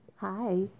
Hi